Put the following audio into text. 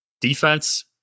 Defense